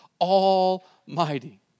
Almighty